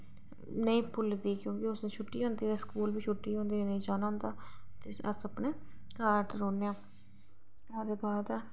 ते नेईं भुलदी क्योंकि उस दिन ते स्कूल बी छुट्टी होंदी ते नेईं जाना होंदा ते अस अपने घर रौह्न्ने आं ते ओह्दे बाद